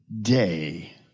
day